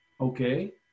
okay